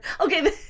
Okay